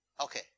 okay